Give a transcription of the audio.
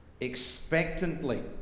expectantly